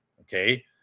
Okay